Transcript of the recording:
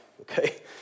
okay